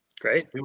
great